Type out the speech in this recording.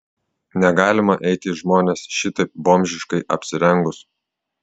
negalima eiti į žmones šitaip bomžiškai apsirengus